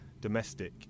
domestic